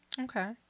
Okay